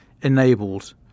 enabled